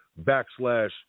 backslash